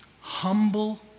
Humble